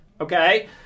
okay